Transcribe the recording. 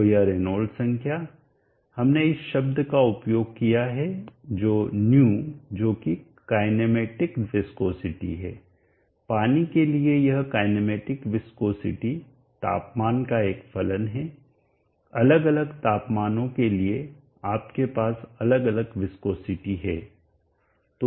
तो यह रेनॉल्ड्स संख्या हमने इस शब्द का उपयोग किया है ϑ जो कि काईनेमैटिक विस्कोसिटी है पानी के लिए यह काईनेमैटिक विस्कोसिटी तापमान का एक फलन है अलग अलग तापमानों के लिए आपके पास अलग अलग विस्कोसिटी है